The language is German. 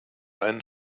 einen